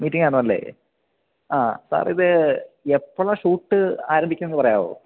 മീറ്റിങ്ങായിരുന്നു അല്ലേ ആ സാറിത് എപ്പോഴാണ് ഷൂട്ട് ആരംഭിക്കുകയെന്ന് പറയാമോ